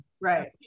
right